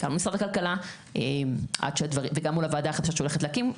גם במשרד הכלכלה וגם מול הוועדה החדשה שהולכת לקום.